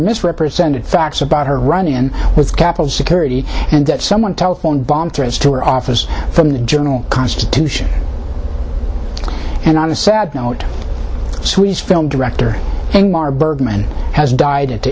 misrepresented facts about her run in with capital security and that someone telephoned bomb threats to her office from the journal constitution and not a sad note suis film director maher bergman has died at the